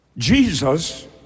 Jesus